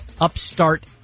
Upstart